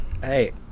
hey